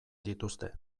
dituzte